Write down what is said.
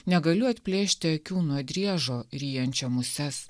negaliu atplėšti akių nuo driežo ryjančio muses